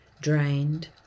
drained